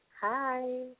Hi